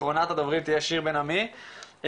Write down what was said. אחרונת הדוברים תהיה שיר בן עמי מהפרקליטות,